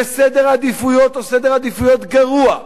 וסדר העדיפויות הוא סדר עדיפויות גרוע,